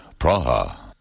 Praha